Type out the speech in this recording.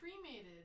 cremated